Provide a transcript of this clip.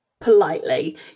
politely